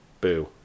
boo